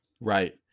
Right